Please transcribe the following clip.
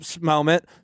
moment